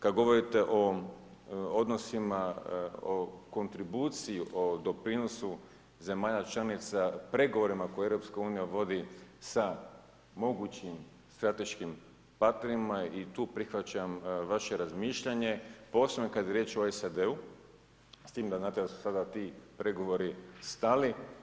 Kad govorite o odnosima o kontribuciji, o doprinosu zemalja članica, pregovorima koje EU vodi sa mogućim strateškim partnerima i tu prihvaćam vaše razmišljanje posebno kada je riječ o SAD-U, s tim da znate da su sada ti pregovori stali.